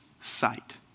sight